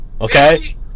Okay